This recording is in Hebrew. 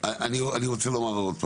אני רוצה לומר עוד פעם.